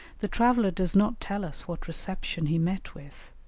the traveller does not tell us what reception he met with,